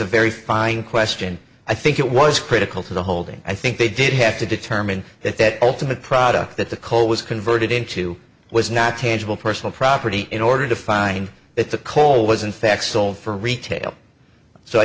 a very fine question i think it was critical to the holding i think they did have to determine that that ultimate product that the cole was converted into was not tangible personal property in order to find that the call was in fact sold for retail so i